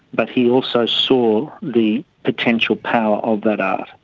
but he also saw the potential power of that art.